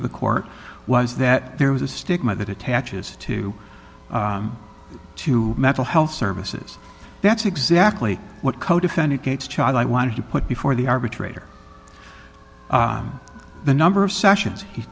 of the court was that there was a stigma that attaches to two mental health services that's exactly what codefendant gates child i wanted to put before the arbitrator the number of sessions he